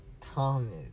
Thomas